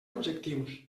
objectius